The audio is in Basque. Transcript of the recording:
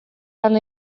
lan